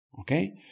okay